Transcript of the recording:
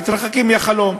מתרחקים מהחלום.